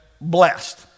blessed